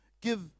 give